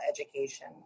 education